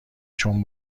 چون